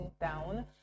down